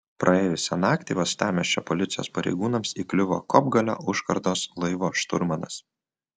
praėjusią naktį uostamiesčio policijos pareigūnams įkliuvo kopgalio užkardos laivo šturmanas